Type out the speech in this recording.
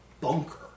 bunker